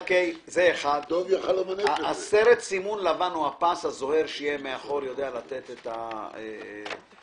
פס הסימון הלבן הזוהר שיהיה מאחור יכול לתת את העבודה.